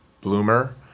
bloomer